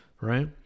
right